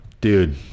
Dude